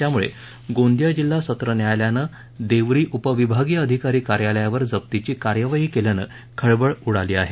त्यामुळे गोंदिया जिल्हा सत्र न्यायालयानं देवरी उपविभागीय अधिकारी कार्यालयावर जप्तीची कार्यवाही केल्यानं खळबळ उडाली आहे